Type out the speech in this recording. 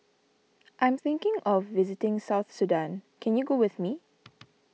I am thinking of visiting South Sudan can you go with me